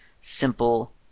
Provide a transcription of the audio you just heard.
simple